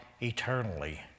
eternally